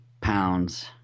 pounds